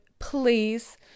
please